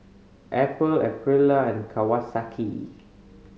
Apple Aprilia and Kawasaki